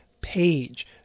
page